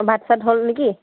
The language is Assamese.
ভাত চাত হ'ল নে কি